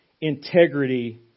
integrity